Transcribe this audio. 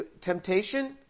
temptation